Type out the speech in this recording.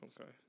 Okay